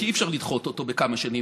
כי אי-אפשר לדחות אותו בכמה שנים,